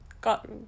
got